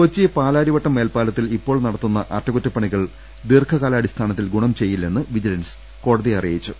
കൊച്ചി പാലാരിവട്ടം മേൽപ്പാലത്തിൽ ഇപ്പോൾ നടത്തുന്ന അറ്റകുറ്റപ്പണികൾ ദീർഘകാലാടിസ്ഥാനത്തിൽ ഗുണം ചെയ്യി ല്ലെന്ന് വിജിലൻസ് കോടതിയെ അറിയിച്ചു